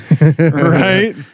right